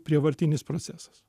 prievartinis procesas